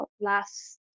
last